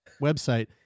website